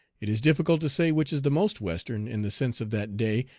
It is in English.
it is difficult to say which is the most western in the sense of that day,